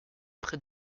près